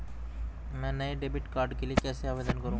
मैं नए debit card के लिए कैसे आवेदन करूं?